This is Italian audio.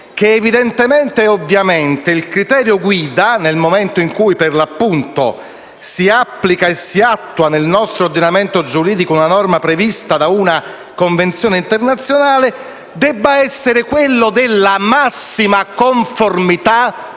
che evidentemente il criterio guida, nel momento in cui si applica e si attua nel nostro ordinamento giuridico una norma prevista da una convenzione internazionale, debba essere quello della massima conformità